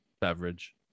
beverage